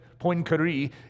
Poincaré